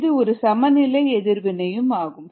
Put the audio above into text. இது ஒரு சமநிலை எதிர்வினையும் ஆகும்